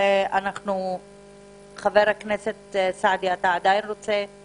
אנחנו משקיעים הרבה מחשבה באיך